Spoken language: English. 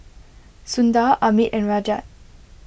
Sundar Amit and Rajat